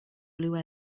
blue